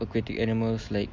aquatic animals like